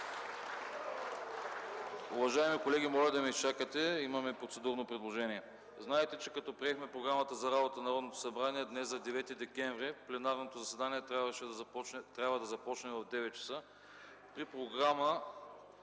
Уважаеми колеги, моля да ме изчакате, имаме процедурно предложение. Знаете, че когато приехме програмата за работата на Народното събрание за днес, 9 декември, пленарното заседание трябва да започне в 9,00 ч. при програма: